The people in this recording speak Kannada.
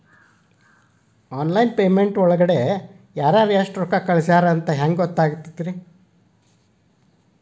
ಆನ್ಲೈನ್ ಪೇಮೆಂಟ್ ಒಳಗಡೆ ಯಾರ್ಯಾರು ಎಷ್ಟು ರೊಕ್ಕ ಕಳಿಸ್ಯಾರ ಅಂತ ಹೆಂಗ್ ಗೊತ್ತಾಗುತ್ತೆ?